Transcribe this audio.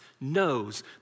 knows